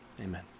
Amen